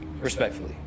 Respectfully